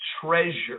treasure